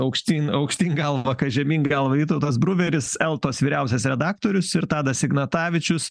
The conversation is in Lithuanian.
aukštyn aukštyn galva kas žemyn galva vytautas bruveris eltos vyriausias redaktorius ir tadas ignatavičius